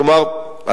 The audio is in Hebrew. כלומר,